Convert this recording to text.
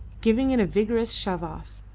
giving it a vigorous shove off.